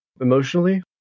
emotionally